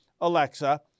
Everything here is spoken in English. Alexa